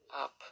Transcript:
up